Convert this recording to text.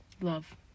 Love